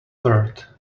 bird